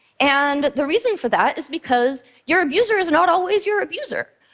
and the reason for that is because your abuser is not always your abuser.